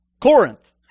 Corinth